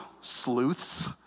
sleuths